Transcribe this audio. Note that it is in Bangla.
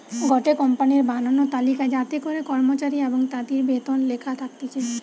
গটে কোম্পানির বানানো তালিকা যাতে করে কর্মচারী এবং তাদির বেতন লেখা থাকতিছে